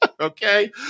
Okay